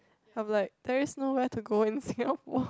I am like there is no where to go in Singapore